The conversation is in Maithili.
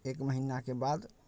एक महीनाके बाद